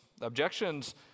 Objections